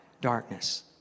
darkness